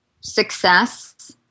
success